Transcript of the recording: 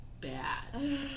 bad